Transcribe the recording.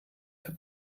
für